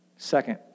Second